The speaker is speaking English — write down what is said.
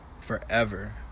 forever